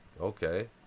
okay